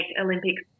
Olympics